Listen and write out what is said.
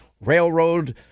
railroad